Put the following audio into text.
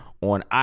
on